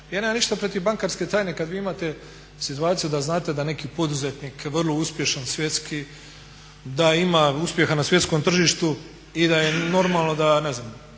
nemam ništa protiv bankarske tajne kad vi imate situaciju da znate da neki poduzetnik vrlo uspješan svjetski, da ima uspjeha na svjetskom tržištu i da je normalno, da ne znam